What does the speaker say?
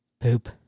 Poop